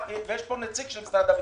ויש פה נציג של משרד הביטחון.